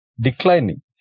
declining